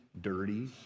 dirty